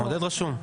עודד רשום.